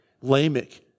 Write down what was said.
Lamech